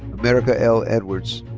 america l. edwards.